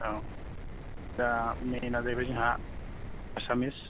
औ दा मेनआ जाहैबाय जोंहा एसामिस